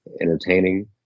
entertaining